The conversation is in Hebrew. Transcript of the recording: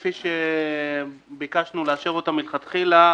כפי שביקשנו לאשר אותה מלכתחילה,